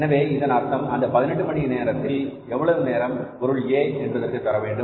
எனவே இதன் அர்த்தம் அந்த 18 மணி நேரத்தில் எவ்வளவு நேரம் பொருள் A என்பதற்கு தரவேண்டும்